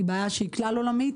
היא בעיה כלל עולמית.